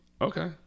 Okay